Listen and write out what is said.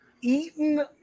Eaten